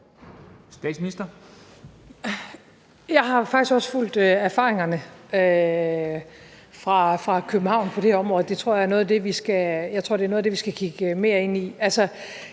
Frederiksen): Jeg har faktisk også fulgt erfaringerne fra København på det område, og jeg tror, at det er noget af det, vi skal kigge mere ind i.